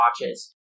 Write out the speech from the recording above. watches